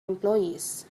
employees